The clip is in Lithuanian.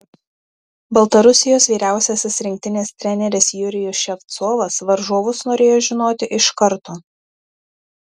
baltarusijos vyriausiasis rinktinės treneris jurijus ševcovas varžovus norėjo žinoti iš karto